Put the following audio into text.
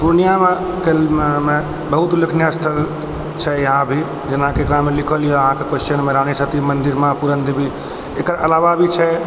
पूर्णिया मे बहुत उल्लेखनीय स्थल छै यहाँ भी जेना कि एकरा मे लिखल यऽ अहाँके क्वेश्चन मे रानीसती मंदिर पूरण देवी एकर अलावा भी छै